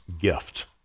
gift